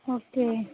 okay